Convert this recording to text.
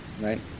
right